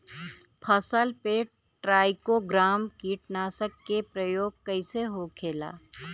फसल पे ट्राइको ग्राम कीटनाशक के प्रयोग कइसे होखेला?